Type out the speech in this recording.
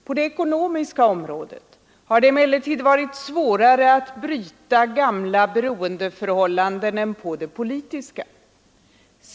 På det ekonomiska området har det emellertid varit svårare att bryta gamla beroendeförhållanden än på det politiska.